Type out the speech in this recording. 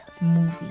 movie